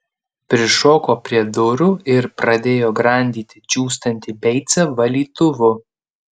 prišoko prie durų ir pradėjo grandyti džiūstantį beicą valytuvu